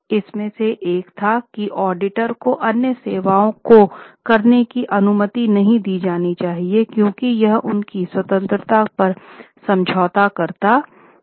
इसमें से एक था की ऑडिटर को अन्य सेवाओं को करने की अनुमति नहीं दी जानी चाहिए क्योंकि यह उनकी स्वतंत्रता पर समझौता करता है